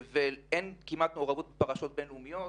אין כמעט מעורבות בפרשיות בין-לאומיות,